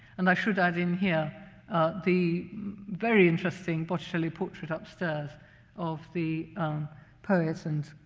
and i should add in here the very interesting botticelli portrait upstairs of the poet and